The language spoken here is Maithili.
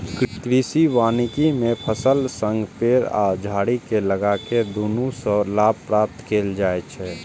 कृषि वानिकी मे फसलक संग पेड़ आ झाड़ी कें लगाके दुनू सं लाभ प्राप्त कैल जाइ छै